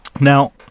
Now